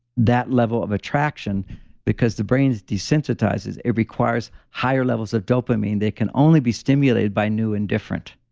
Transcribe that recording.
that level of attraction because the brains desensitizes. it requires higher levels of dopamine that can only be stimulated by new and different.